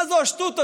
מה זו השטות הזאת?